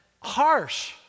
harsh